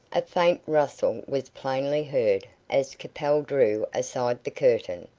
a faint rustle was plainly heard, as capel drew aside the curtain.